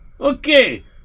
Okay